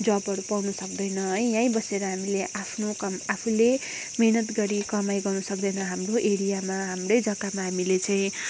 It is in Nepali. जबहरू पाउँनु सक्दैन है यही बसेर हामीले आफ्नो कमाइ आफूले मेहिनेत गरी कमाइ गर्नु सक्दैन हाम्रो एरियामा हाम्रै जग्गामा हामीले चाहिँ